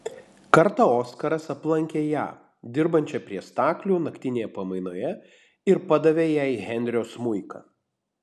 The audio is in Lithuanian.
kartą oskaras aplankė ją dirbančią prie staklių naktinėje pamainoje ir padavė jai henrio smuiką